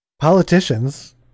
Politicians